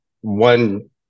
one